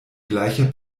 gleicher